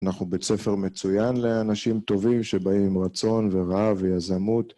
אנחנו בית ספר מצוין לאנשים טובים שבאים רצון ורעב ויזמות